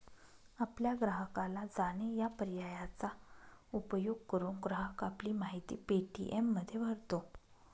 आपल्या ग्राहकाला जाणे या पर्यायाचा उपयोग करून, ग्राहक आपली माहिती पे.टी.एममध्ये भरतो